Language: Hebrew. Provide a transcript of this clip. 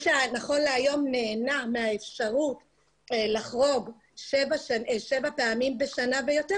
שנכון להיום נהנה מהאפשרות לחרוג שבע פעמים בשנה ויותר,